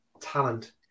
talent